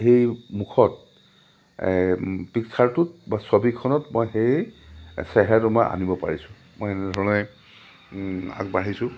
সেই মুখত পিক্সাৰটোত বা ছবিখনত মই সেই চেহৰাটো মই আনিব পাৰিছোঁ মই এনেধৰণে আগবাঢ়িছোঁ